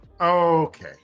Okay